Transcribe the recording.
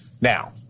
now